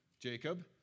Jacob